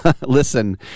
listen